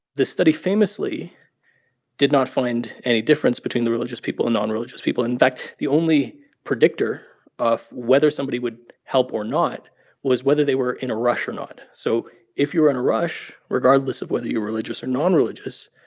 the study famously did not find any difference between the religious people and non-religious people. in fact, the only predictor of whether somebody would help or not was whether they were in a rush or not. so if you were on a rush, regardless of whether you're religious or non-religious,